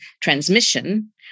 transmission